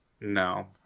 No